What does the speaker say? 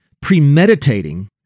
premeditating